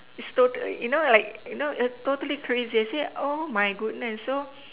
it's totally you know like you know totally crazy I say oh my goodness so